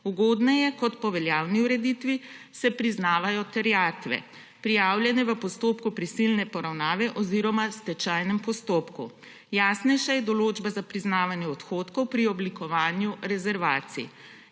Ugodneje kot po veljavni ureditvi se priznavajo terjatve, prijavljene v postopku prisilne poravnave oziroma stečajnem postopku. Jasnejša je določba za priznavanje odhodkov pri oblikovanju rezervacij.